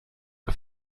que